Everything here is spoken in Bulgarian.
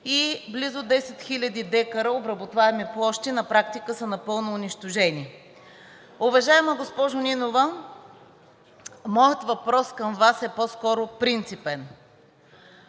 и близо 10 хил. дка обработваеми площи на практика са напълно унищожени. Уважаема госпожо Нинова, моят въпрос към Вас е по-скоро принципен.